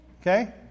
Okay